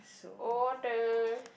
order